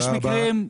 תודה רבה.